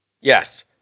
Yes